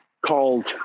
called